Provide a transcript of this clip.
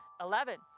Eleven